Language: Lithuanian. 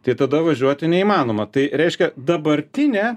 tai tada važiuoti neįmanoma tai reiškia dabartinė